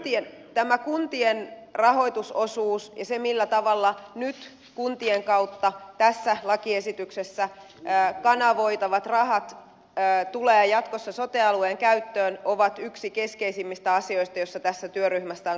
tämä kuntien rahoitusosuus ja se millä tavalla nyt kuntien kautta tässä lakiesityksessä kanavoitavat rahat tulevat jatkossa sote alueen käyttöön ovat yksi keskeisimmistä asioista joista tässä työryhmässä on keskusteltu